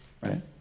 right